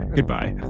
Goodbye